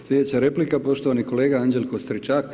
Sljedeća replika, poštovani kolega Anđelko Stričak.